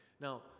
Now